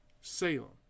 Salem